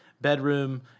bedroom